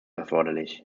erforderlich